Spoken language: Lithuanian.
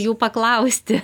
jų pakalausti